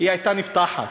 היא הייתה נפתחת.